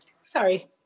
sorry